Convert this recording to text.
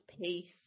peace